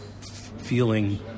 feeling